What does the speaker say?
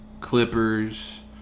Clippers